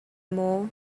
maw